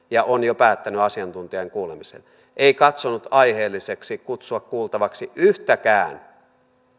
ja on jo päättänyt asiantuntijain kuulemisen ei katsonut aiheelliseksi kutsua kuultavaksi yhtäkään